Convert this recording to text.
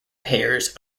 pairs